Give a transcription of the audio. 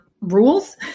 rules